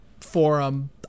forum